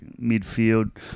midfield